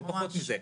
לא פחות מזה.